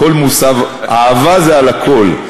הכול מוסב, אהבה זה על הכול.